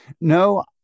No